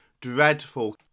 dreadful